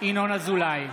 ינון אזולאי,